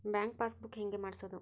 Bank passbook ಹೆಂಗ್ ಮಾಡ್ಸೋದು?